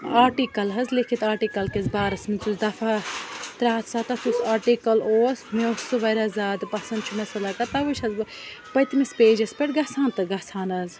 article حظ لیٚکھِتھ article کِس بارَس منٛز یُس دَفہ ترٛےٚ ہَتھ سَتَتھ یُس آٹِکَل اوس مےٚ اوس سُہ واریاہ زیادٕ پَسنٛد چھُ مےٚ سُہ لَگان تَوَے چھَس بہٕ پٔتمِس پیجَس پٮ۪ٹھ گژھان تہٕ گژھان حظ